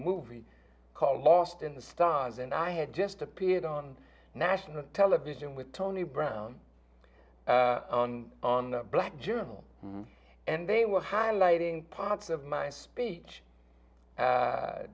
movie called lost in the stars and i had just appeared on national television with tony brown on the black journal and they were highlighting parts of my speech